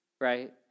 Right